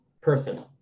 person